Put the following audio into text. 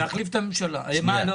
לא נתתי לזוז